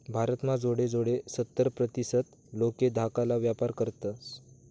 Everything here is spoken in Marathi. भारत म्हा जोडे जोडे सत्तर प्रतीसत लोके धाकाला व्यापार करतस